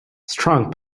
strong